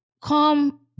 Come